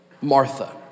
Martha